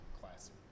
classic